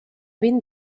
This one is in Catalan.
vint